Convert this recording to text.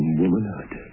womanhood